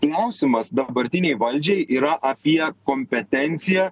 klausimas dabartinei valdžiai yra apie kompetenciją